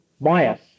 bias